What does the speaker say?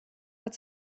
hat